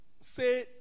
say